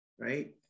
Right